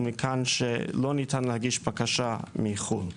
ומכאן שלא ניתן להגיש בקשה מחו"ל.